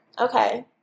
Okay